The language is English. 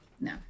no